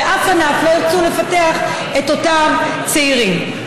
באף ענף לא ירצו לפתח את אותם צעירים.